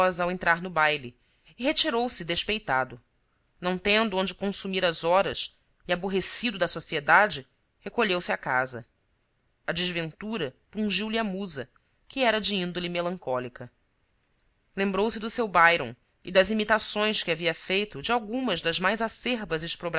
ao entrar no baile e retirou-se despeitado não tendo onde consumir as horas e aborrecido da sociedade recolheu-se a casa a desventura pungiulhe a musa que era de índole melancólica lembrou-se do seu byron e das imitações que havia feito de algumas das mais acerbas